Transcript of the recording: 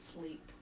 sleep